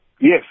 Yes